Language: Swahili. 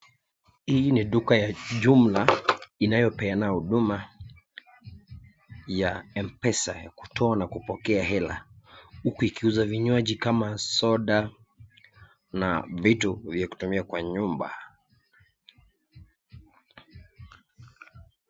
Hii ni duka ya jumla inayopeana huduma ya M-pesa, ya kutoa na kupokea hela huku ikiuza vinywaji kama soda na vitu vya kutumia kwa nyumba.